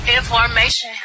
information